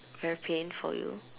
very pain for you